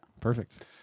Perfect